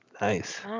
nice